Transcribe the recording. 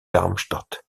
darmstadt